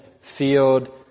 field